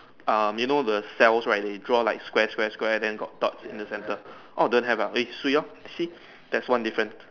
um you know the cells right they draw like square square square then got dot in the center orh don't have ah swee lor see that's one different